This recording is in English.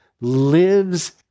lives